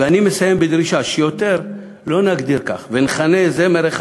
ואני מסיים בדרישה שיותר לא נגדיר כך ונכנה זמר אחד